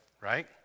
right